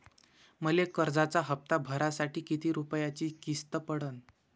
मले कर्जाचा हप्ता भरासाठी किती रूपयाची किस्त पडन?